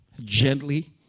gently